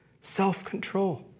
self-control